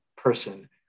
person